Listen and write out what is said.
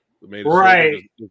right